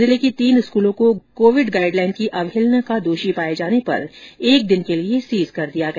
जिले की तीन स्कूलों को कोविड गइड लाइन की अवहेलना का दोषी पाए जाने पर एक दिन के लिए सीज कर दिया गया